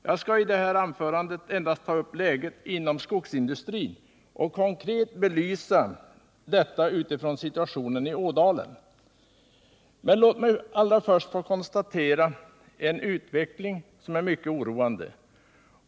Jag skall i detta anförande endast ta upp läget inom skogsindustrin och konkret belysa detta utifrån situationen i Ådalen. Men låt mig allra först få konstatera en utveckling som är mycket oroande.